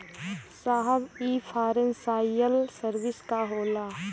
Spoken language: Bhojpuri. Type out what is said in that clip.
साहब इ फानेंसइयल सर्विस का होला?